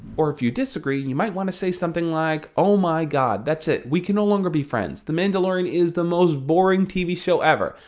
or if you disagree and you might want to say something like oh my god, that's it. we can no longer be friends. the mandalorian is the most boring tv show ever!